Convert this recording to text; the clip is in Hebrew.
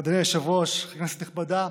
אדוני היושב-ראש, כנסת נכבדה,